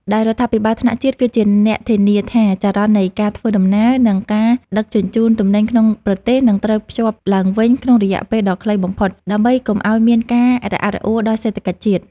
ដែលរដ្ឋាភិបាលថ្នាក់ជាតិគឺជាអ្នកធានាថាចរន្តនៃការធ្វើដំណើរ និងការដឹកជញ្ជូនទំនិញក្នុងប្រទេសនឹងត្រូវតភ្ជាប់ឡើងវិញក្នុងរយៈពេលដ៏ខ្លីបំផុត ដើម្បីកុំឱ្យមានការរអាក់រអួលដល់សេដ្ឋកិច្ចជាតិ។